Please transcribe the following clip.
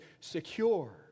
secure